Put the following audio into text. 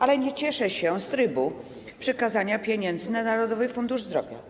Ale nie cieszę się z trybu przekazania pieniędzy na Narodowy Fundusz Zdrowia.